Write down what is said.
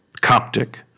Coptic